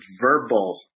verbal